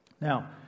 Now